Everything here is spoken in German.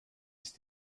ist